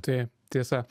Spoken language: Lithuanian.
taip tiesa